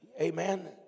Amen